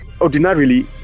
ordinarily